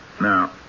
Now